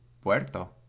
Puerto